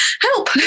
help